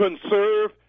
conserve